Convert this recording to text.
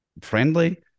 friendly